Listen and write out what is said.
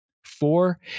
Four